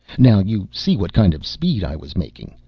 now you see what kind of speed i was making.